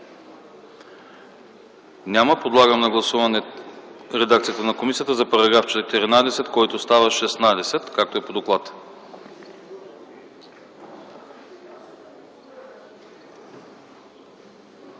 Няма. Подлагам на гласуване редакцията на комисията за § 14, който става § 16, както е по доклад.